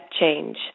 change